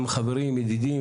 חברים ידידים,